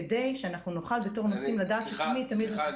כדי שאנחנו נוכל בתור נוסעים לדעת שתמיד --- סליחה,